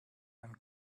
and